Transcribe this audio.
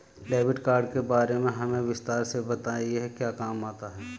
Debit card के बारे में हमें विस्तार से बताएं यह क्या काम आता है?